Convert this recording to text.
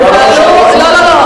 זה נכון מאוד.